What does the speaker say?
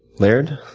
laird?